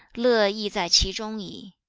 le yi zai qi zhong yi,